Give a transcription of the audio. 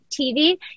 TV